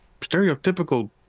stereotypical